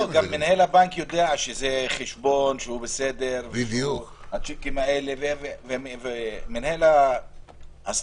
מנהל הבנק יודע שהחשבון הזה בסדר והוא לא מחזיר את השיק.